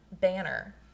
Banner